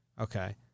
Okay